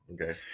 okay